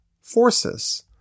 forces